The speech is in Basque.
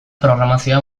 programazioa